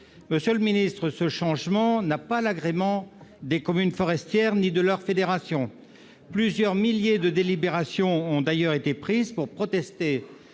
Monsieur le ministre, ce changement n'a l'agrément ni des communes forestières ni de leurs fédérations. Plusieurs milliers de délibérations ont d'ailleurs été prises pour protester